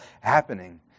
happening